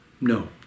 No